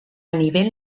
nivel